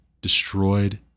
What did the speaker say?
destroyed